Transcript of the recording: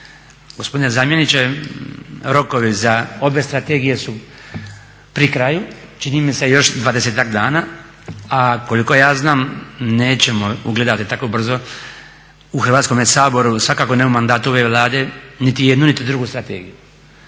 Gospodine zamjeniče, rokovi za obje strategije su pri kraju, čini mi se još dvadesetak dana, a koliko ja znam nećemo je ugledati tako brzo u Hrvatskome saboru, svakako ne u mandatu ove Vlade niti jednu, niti drugu strategiju.